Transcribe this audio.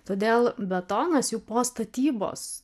todėl betonas jau po statybos